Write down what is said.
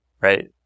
right